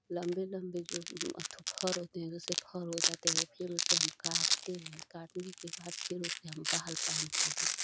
लम्बे लम्बे जो अथफर होते हैं वैसे फर हो जाते हैं फ़िर उसे हम कटते हैं काटने के बाद फ़िर उसे हम बाल बाँधते हैं